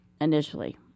initially